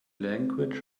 language